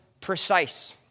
Precise